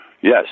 Yes